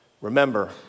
Remember